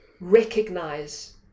recognize